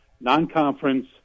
Non-conference